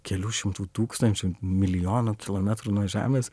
kelių šimtų tūkstančių milijonų kilometrų nuo žemės